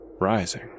rising